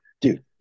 dude